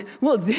Look